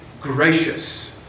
gracious